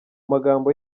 magambo